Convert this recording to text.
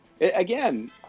Again